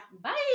bye